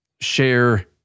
Share